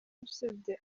usibye